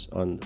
on